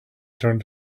turned